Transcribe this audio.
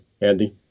Andy